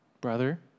brother